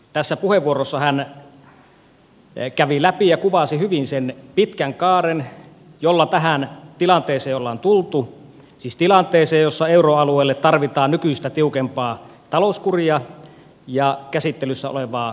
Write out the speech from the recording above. tässä puheenvuorossa hän kävi läpi ja kuvasi hyvin sen pitkän kaaren jolla tähän tilanteeseen ollaan tultu siis tilanteeseen jossa euroalueelle tarvitaan nykyistä tiukempaa talouskuria ja käsittelyssä olevaa sopimusta